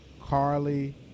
Carly